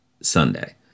Sunday